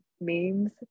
memes